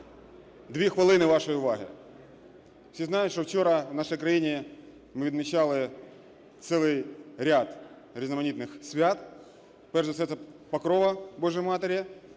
Дві хвилини вашої увагу. Всі знають, що вчора в нашій країні ми відмічали цілий ряд різноманітних свят, в першу чергу це Покрова Божої Матері